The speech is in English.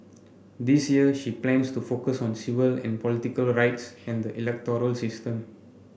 this year she plans to focus on civil and political rights and the electoral system